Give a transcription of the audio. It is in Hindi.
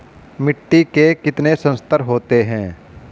मिट्टी के कितने संस्तर होते हैं?